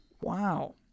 Wow